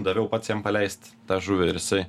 daviau pats jam paleist tą žuvį ir jisai